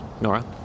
Nora